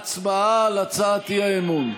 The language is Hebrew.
הצבעה על הצעת האי-אמון.